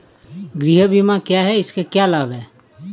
गृह बीमा क्या है इसके क्या लाभ हैं?